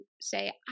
say